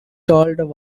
told